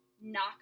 knock